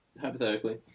Hypothetically